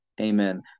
Amen